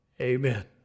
amen